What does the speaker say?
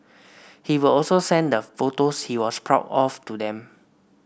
he will also send the photos he was proud of to them